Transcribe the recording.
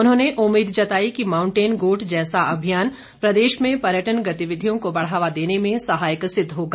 उन्होंने उम्मीद जताई कि माउंटेन गोट जैसा अभियान प्रदेश में पर्यटन गतिविधियों को बढ़ावा देने में सहायक सिद्ध होगा